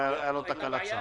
הייתה לו תקלת סאונד.